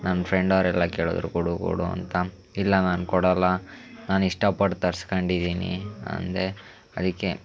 ನನ್ನ ಫ್ರೆಂಡವರೆಲ್ಲ ಕೇಳಿದ್ರು ಕೊಡು ಕೊಡು ಅಂತ ಇಲ್ಲ ನಾನು ಕೊಡೋಲ್ಲ ನಾನು ಇಷ್ಟಪಟ್ಟು ತರ್ಸ್ಕೊಂಡಿದೀನಿ ಅಂದೆ ಅದಕ್ಕೆ